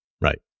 Right